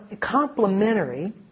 complementary